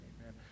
Amen